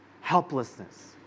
Helplessness